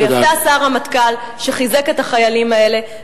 יפה עשה הרמטכ"ל שחיזק את החיילים האלה.